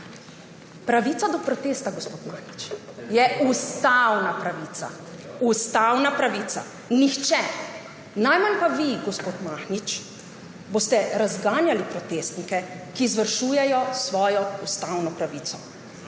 Pravica do protesta, gospod Mahnič, je ustavna pravica. Ustavna pravica. Nihče, najmanj pa vi, gospod Mahnič, ne boste razganjali protestnikov, ki izvršujejo svojo ustavno pravico.